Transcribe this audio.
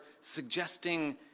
suggesting